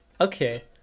okay